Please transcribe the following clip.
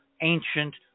ancient